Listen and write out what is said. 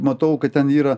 matau kad ten yra